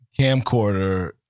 camcorder